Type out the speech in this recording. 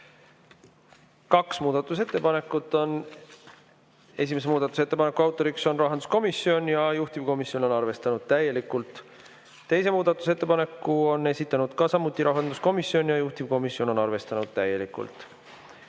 Kaks muudatusettepanekut on. Esimese muudatusettepaneku autor on rahanduskomisjon ja juhtivkomisjon on arvestanud seda täielikult. Teise muudatusettepaneku on esitanud samuti rahanduskomisjon ja juhtivkomisjon on arvestanud seda täielikult.